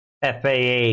FAA